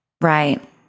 Right